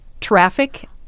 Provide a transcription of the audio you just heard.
traffic